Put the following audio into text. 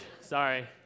Sorry